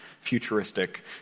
futuristic